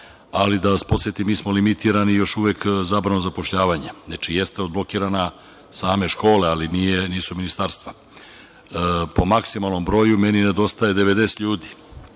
ali da vas podsetim mi smo limitirani još uvek zabranom zapošljavanja. Znači, jesu odblokirane same škole, ali nisu ministarstva. Po maksimalnom broju meni nedostaje 90 ljudi.